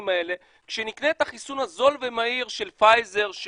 האלה כשנקנה את החיסון הזול והמהיר של פייזר,